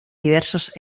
diversos